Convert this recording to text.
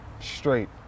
straight